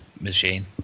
machine